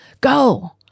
go